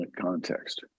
context